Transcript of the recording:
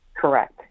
Correct